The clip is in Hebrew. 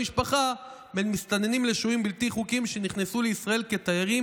משפחה בין מסתננים לשוהים בלתי חוקיים שנכנסו לישראל כתיירים